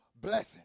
blessing